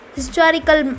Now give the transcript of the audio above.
Historical